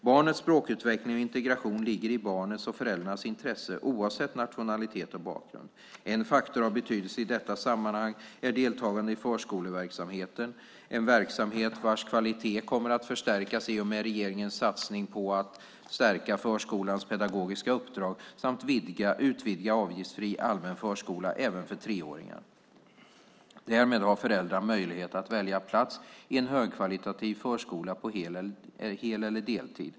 Barnets språkutveckling och integration ligger i barnets och föräldrarnas intresse oavsett nationalitet och bakgrund. En faktor av betydelse i detta sammanhang är deltagande i förskoleverksamheten, en verksamhet vars kvalitet kommer att förstärkas i och med regeringens satsning på att stärka förskolans pedagogiska uppdrag samt utvidga avgiftsfri allmän förskola till att omfatta även treåringar. Därmed har föräldrar möjlighet att välja plats i en högkvalitativ förskola på hel eller deltid.